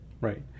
right